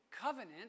covenant